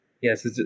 Yes